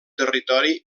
territori